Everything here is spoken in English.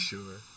Sure